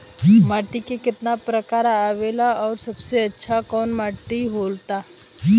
माटी के कितना प्रकार आवेला और सबसे अच्छा कवन माटी होता?